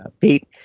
ah feet,